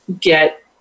get